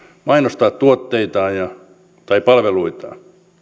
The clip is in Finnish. mainostaa tuotteitaan tai palveluitaan